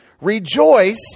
rejoice